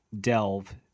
Delve